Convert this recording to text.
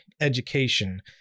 education